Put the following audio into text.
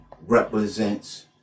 represents